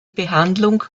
behandlung